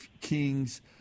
king's